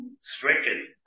stricken